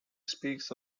speaks